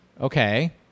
Okay